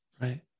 right